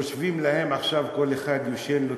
הם יושבים להם עכשיו וכל אחד ישן לו,